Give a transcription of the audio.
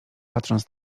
patrząc